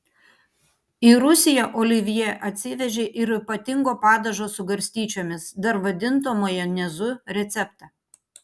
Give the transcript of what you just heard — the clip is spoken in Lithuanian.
į rusiją olivjė atsivežė ir ypatingo padažo su garstyčiomis dar vadinto majonezu receptą